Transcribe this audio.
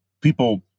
people